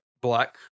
Black